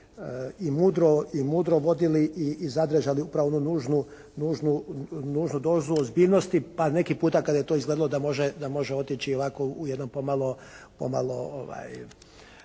i mudro vodili i zadržali upravo onu nužnu dozu ozbiljnosti pa neki puta kada je to izgledalo da može otići ovako u jednom pomalo,